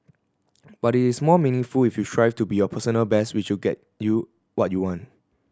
but it is more meaningful if you strive to be your personal best which will get you what you want